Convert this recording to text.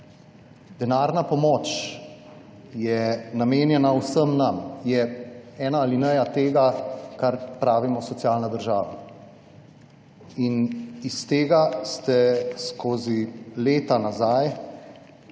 Denarna pomoč je namenjena vsem nam, je ena alineja tega, čemur pravimo socialna država. In iz tega ste skozi leta nazaj